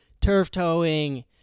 turf-towing